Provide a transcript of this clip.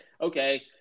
okay